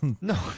No